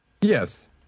Yes